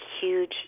huge